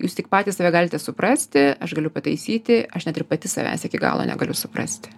jūs tik patys save galite suprasti aš galiu pataisyti aš net ir pati savęs iki galo negaliu suprasti